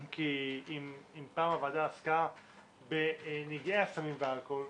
כי אם פעם הוועדה עסקה בנגעי הסמים והאלכוהול,